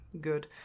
good